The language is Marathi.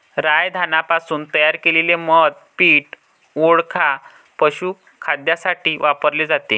राय धान्यापासून तयार केलेले मद्य पीठ, वोडका, पशुखाद्यासाठी वापरले जाते